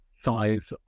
size